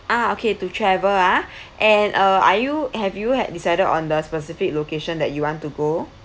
ah okay to travel ah and uh are you have you have decided on the specific location that you want to go